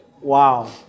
Wow